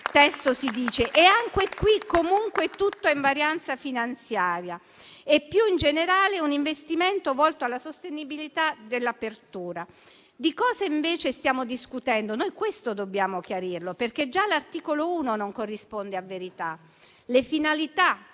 testo si dice. Anche qui, comunque, è tutto a invarianza finanziaria e più in generale è un investimento volto alla sostenibilità dell'apertura. Di cosa invece stiamo discutendo? Questo dobbiamo chiarirlo, perché già l'articolo 1 non corrisponde a verità. Le finalità